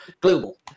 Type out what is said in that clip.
global